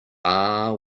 are